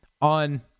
on